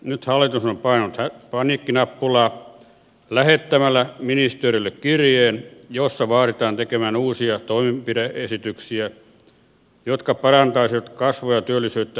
nyt hallitus on painanut paniikkinappulaa lähettämällä ministeriöille kirjeen jossa vaaditaan tekemään uusia toimenpide esityksiä jotka parantaisivat kasvua ja työllisyyttä lyhyellä aikavälillä